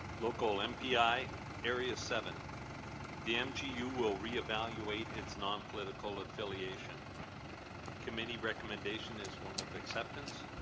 local mpi area seven the mgu we'll reevaluate its non political affiliation committee recommendation is one of acceptance